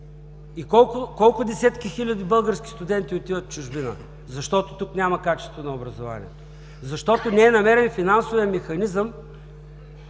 и колко десетки хиляди български студенти отиват в чужбина? Защото тук няма качество на образованието. Защото не е намерен финансовият механизъм,